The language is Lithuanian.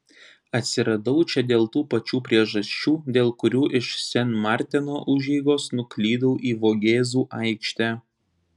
atsiradau čia dėl tų pačių priežasčių dėl kurių iš sen marteno užeigos nuklydau į vogėzų aikštę